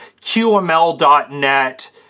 QML.net